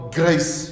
grace